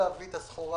להביא את הסחורה